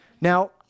Now